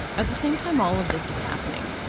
at the same time, all of this is happening,